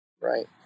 Right